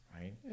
right